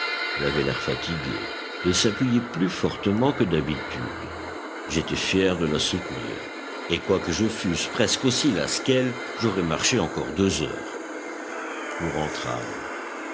elle avait l'air fatigué et s'appuyait plus fortement que d'habitude j'étais fier de la soutenir et quoique je fusse presque aussi las qu'elle j'aurais marché encore deux heures nous